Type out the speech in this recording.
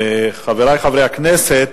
חברי חברי הכנסת,